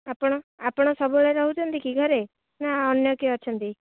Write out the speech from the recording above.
ଆପଣ ଆପଣ ସବୁବେଳେ ରହୁଛନ୍ତି କି ଘରେ ନା ଅନ୍ୟ କିଏ ଅଛନ୍ତି